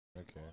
Okay